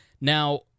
Now-